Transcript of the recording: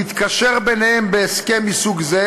להתקשר ביניהם בהסכם מסוג זה,